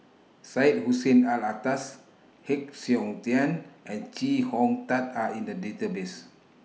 Syed Hussein Alatas Heng Siok Tian and Chee Hong Tat Are in The Database